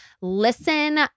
listen